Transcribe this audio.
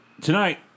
tonight